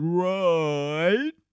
right